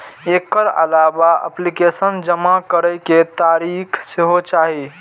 एकर अलावा एप्लीकेशन जमा करै के तारीख सेहो चाही